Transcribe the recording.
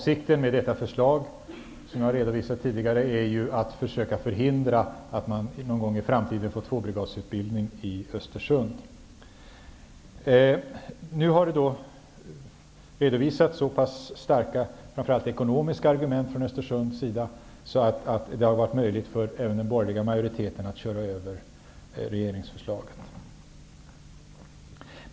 Som jag tidigare redovisade är ju avsikten med detta förslag att försöka förhindra en tvåbrigadsutbildning någon gång i framtiden i Det har nu anförts så starka ekonomiska skäl från Östersunds sida, att det har varit möjligt även för den borgerliga majoriteten i utskottet att köra över regeringsförslaget.